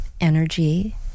energy